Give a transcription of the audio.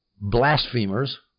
blasphemers